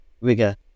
rigor